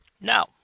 Now